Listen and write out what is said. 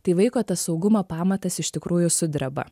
tai vaiko tas saugumo pamatas iš tikrųjų sudreba